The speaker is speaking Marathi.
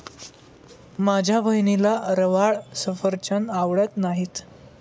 माझ्या बहिणीला रवाळ सफरचंद आवडत नाहीत